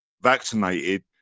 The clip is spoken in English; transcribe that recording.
vaccinated